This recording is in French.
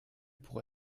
pour